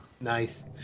Nice